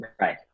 Right